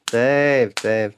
taip taip